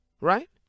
right